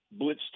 blitzed